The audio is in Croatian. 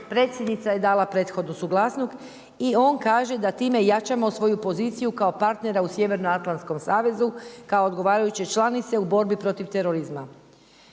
Predsjednica je dala prethodnu suglasnost i on kaže da time jačamo svoju poziciju kao partnera u Sjevernoatlantskom savezu kao odgovarajuće članice u borbi protiv terorizma.